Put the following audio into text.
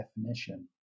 definition